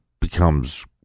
becomes